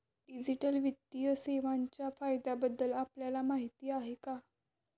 Digital वित्तीय सेवांच्या फायद्यांबद्दल आपल्याला माहिती आहे का?